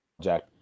jack